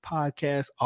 Podcast